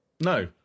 No